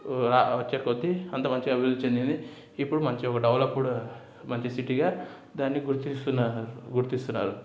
వచ్చేకొద్దీ అంత మంచిగా అభివృద్ధి చెందింది ఇప్పుడు మంచిగా డెవలప్డ్ మంచి సిటీగా దాన్ని గుర్తిస్తున్నారు గుర్తిస్తున్నారు